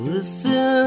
Listen